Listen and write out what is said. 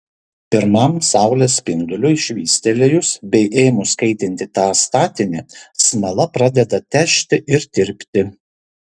pirmam saulės spinduliui švystelėjus bei ėmus kaitinti tą statinį smala pradeda težti ir tirpti